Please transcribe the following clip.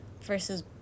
versus